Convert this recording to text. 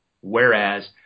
Whereas